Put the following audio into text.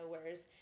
whereas